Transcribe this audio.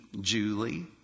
Julie